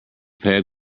peg